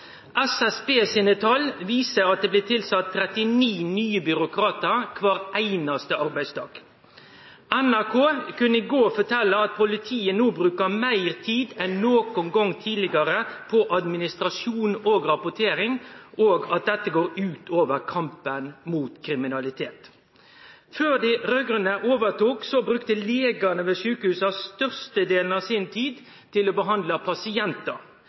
SSB viser at det blir tilsett 39 nye byråkratar kvar einaste arbeidsdag. NRK kunne i går fortelje at politiet no bruker meir tid enn nokon gong tidlegare på administrasjon og rapportering, og at dette går ut over kampen mot kriminalitet. Før dei raud-grøne overtok, brukte legane ved sjukehusa størstedelen av tida si til å behandle pasientar.